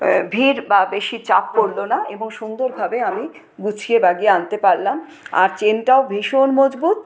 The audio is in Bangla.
ভিড় বা বেশি চাপ পড়লো না এবং সুন্দরভাবে আমি গুছিয়ে বাগিয়ে আনতে পারলাম আর চেনটাও ভীষণ মজবুত